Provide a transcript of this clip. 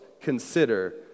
consider